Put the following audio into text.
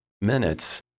minutes